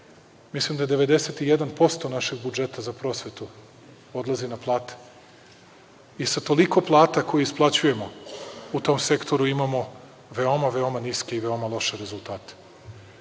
Mislim da 91% našeg budžeta za prosvetu odlazi na plate i sa toliko plata, koje isplaćujemo, u tom sektoru imamo veoma, veoma niske i veoma loše rezultate.